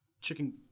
Chicken